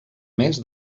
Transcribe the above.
més